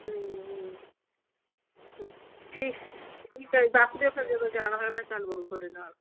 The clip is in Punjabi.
ਠੀਕ ਠੀਕ ਹੈ ਜੀ ਦੱਸ ਦਿਓ ਫਿਰ ਜਦੋਂ ਜਾਣਾ ਹੋਇਆ ਮੈਂ ਚਲ ਵੜਾਂਗੀ ਤੁਹਾਡੇ ਨਾਲ